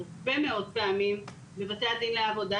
הרבה מאוד פעמים בבתי הדין לעבודה,